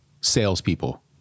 Salespeople